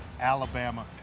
Alabama